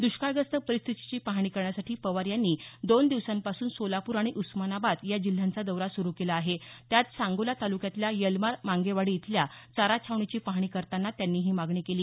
दष्काळग्रस्त परिस्थितीची पहाणी करण्यासाठी पवार यांनी दोन दिवसांपासून सोलापूर आणि उस्मानाबाद या जिल्ह्यांचा दौरा सुरू केला आहे त्यात सांगोला तालुक्यातल्या यलमार मांगेवाडी इथल्या चारा छावणीची पाहणी करताना त्यांनी ही मागणी केली